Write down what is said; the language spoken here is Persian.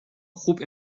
خوب